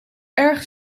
erg